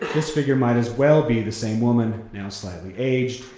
this figure might as well be the same woman, now slightly aged,